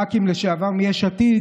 ח"כים לשעבר מיש עתיד,